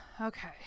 okay